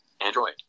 Android